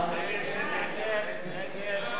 הצעת סיעת קדימה להביע